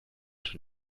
schon